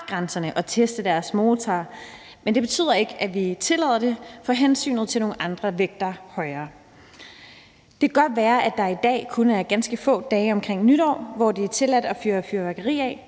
og teste deres motorer, men hvor det ikke betyder, at vi tillader det, for hensynet til nogle andre vægter højere. Det kan godt være, at det i dag kun er ganske få dage omkring nytår, hvor det er tilladt at fyre fyrværkeri af,